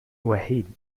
وحيد